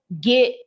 get